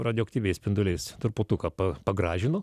radioaktyviais spinduliais truputuką pa pagražino